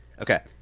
Okay